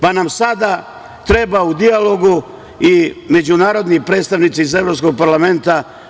Pa nam sada treba u dijalogu i međunarodni predstavnici iz Evropskog parlamenta.